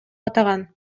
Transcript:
атаган